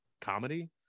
comedy